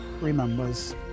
remembers